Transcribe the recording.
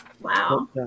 wow